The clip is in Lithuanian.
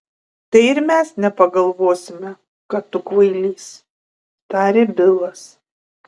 tai ir mes nepagalvosime kad tu kvailys tarė bilas